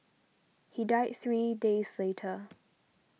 he died three days later